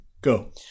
Go